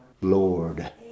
lord